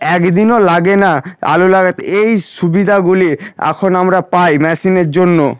এক দিনও লাগে না আলু লাগাতে এই সুবিধাগুলি এখন আমরা পাই মেশিনের জন্য